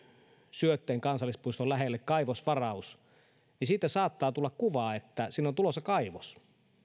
syötteen kansallispuiston lähelle kaivosvaraus niin siitä saattaa tulla kuva että sinne on tulossa kaivos